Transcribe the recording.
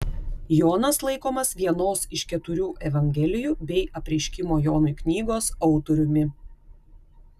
jonas laikomas vienos iš keturių evangelijų bei apreiškimo jonui knygos autoriumi